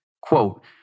Quote